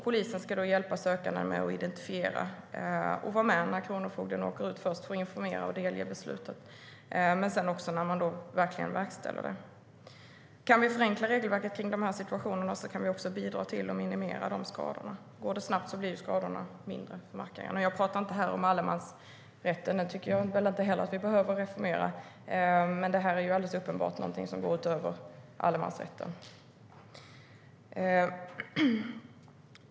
Polisen ska hjälpa sökanden med identifiering och vara med först när kronofogden åker ut för att informera om och delge beslutet och sedan när det ska verkställas. Om vi kan förenkla regelverket kring de här situationerna kan vi bidra till att minimera skadorna. Om det går snabbt blir skadorna för markägaren mindre. Jag talar inte om allemansrätten - jag tycker inte heller att vi behöver reformera den. Detta är alldeles uppenbart något som går utöver allemansrätten.